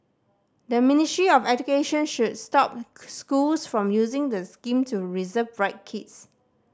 the Ministry of Education should stop schools from using the scheme to reserve bright kids